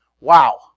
Wow